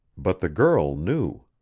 but the girl knew.